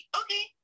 okay